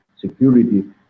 security